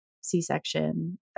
C-section